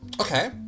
okay